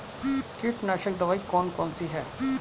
कीटनाशक दवाई कौन कौन सी हैं?